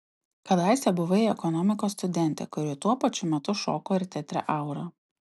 kadaise buvai ekonomikos studentė kuri tuo pačiu metu šoko ir teatre aura